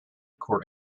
court